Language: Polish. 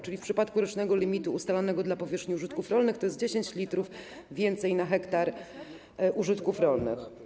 Czyli w przypadku rocznego limitu ustalonego dla powierzchni użytków rolnych to jest 10 l więcej na 1 ha użytków rolnych.